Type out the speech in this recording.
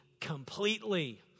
completely